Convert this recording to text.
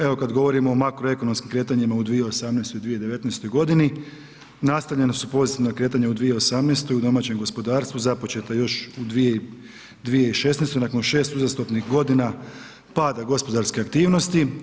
Evo, kad govorimo o makroekonomskim kretanjima u 2018. i 2049. godini, nastavljena su pozitivna kretanja u 2018., u domaćem gospodarstvu, započeta još u 2016. nakon 6 uzastopnih godina pada gospodarske aktivnosti.